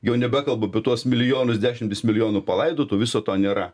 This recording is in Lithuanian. jau nebekalbu apie tuos milijonus dešimtis milijonų palaidotų viso to nėra